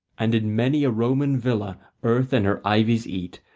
and in many a roman villa earth and her ivies eat,